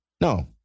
No